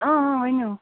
ؤنِو